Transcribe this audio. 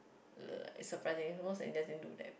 uh it's surprising most Indians didn't do that